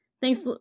Thanks